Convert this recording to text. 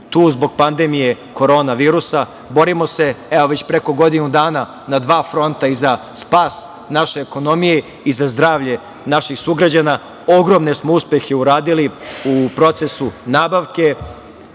tu zbog pandemije korona virusa, borimo se, evo već preko godinu dana na dva fronta, i za spas naše ekonomije i za zdravlje naših sugrađana. Ogromne smo uspehe uradili u procesu nabavke